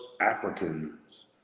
Africans